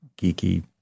geeky